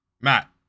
Matt